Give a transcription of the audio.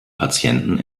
patienten